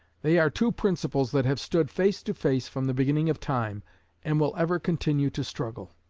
they are two principles that have stood face to face from the beginning of time and will ever continue to struggle.